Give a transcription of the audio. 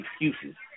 excuses